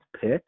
pick